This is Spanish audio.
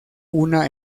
una